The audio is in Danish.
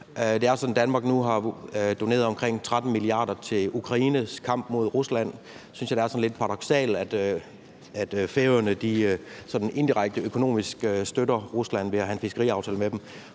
Det er sådan, at Danmark har doneret omkring 13 mia. kr. til Ukraines kamp mod Rusland, og så synes jeg, det er lidt paradoksalt, at Færøerne sådan indirekte økonomisk støtter Rusland ved at have en fiskeriaftale med dem,